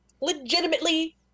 legitimately